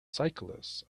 cyclists